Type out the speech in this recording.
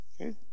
okay